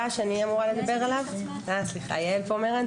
יעל פומרנץ,